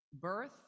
birth